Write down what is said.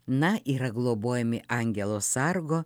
na yra globojami angelo sargo